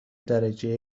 درجه